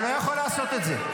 אתה לא יכול לעשות את זה.